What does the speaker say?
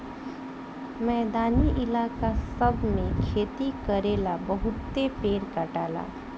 मैदानी इलाका सब मे खेती करेला बहुते पेड़ कटाला